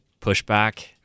pushback